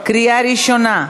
קריאה ראשונה.